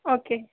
okay